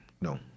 No